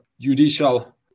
judicial